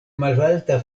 malalta